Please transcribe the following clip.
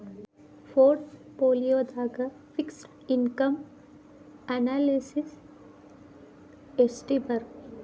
ಪೊರ್ಟ್ ಪೋಲಿಯೊದಾಗ fixed income analysis ಯೆಸ್ಟಿರ್ಬಕ್?